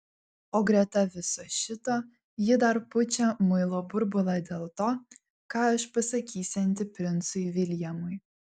o greta viso šito ji dar pučia muilo burbulą dėl to ką aš pasakysianti princui viljamui